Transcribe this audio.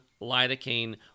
lidocaine